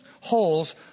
holes